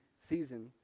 season